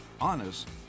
honest